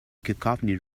cacophony